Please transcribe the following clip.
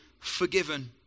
forgiven